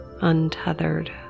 untethered